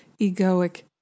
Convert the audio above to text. egoic